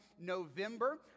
November